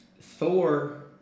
Thor